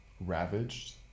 ravaged